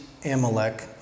Amalek